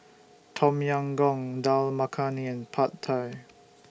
Tom Yam Goong Dal Makhani Pad Thai